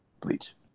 Bleach